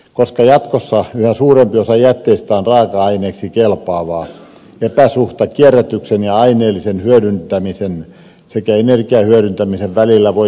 koska jatkossa yhä suurempi osa jätteistä on raaka aineeksi kelpaavaa epäsuhta kierrätyksen ja aineellisen hyödyntämisen sekä energiahyödyntämisen välillä voi kasvaa